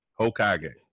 Hokage